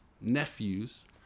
nephews